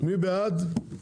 מי בעד?